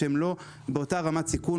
שהם לא באותה רמת סיכון,